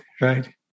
right